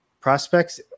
prospects